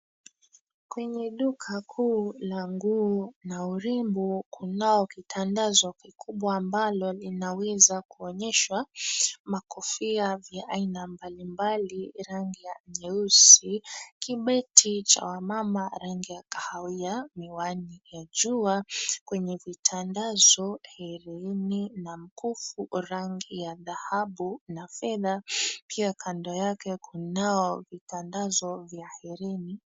Kwenye duka kuu la nguo na urembo, kunao kitandazo kikubwa ambalo linaweza kuonyesha, makofia vya aina mbalimbali rangi ya nyeusi, kibeti cha wamama rangi ya kahawia, miwani ya jua, kwenye vitandazo herini na mkufu, rangi ya dhahabu na fedha. Pia kando yake kunao vitandazo vya herini.